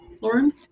Lauren